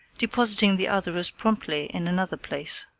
depositing the other as promptly in another place.